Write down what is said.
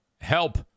help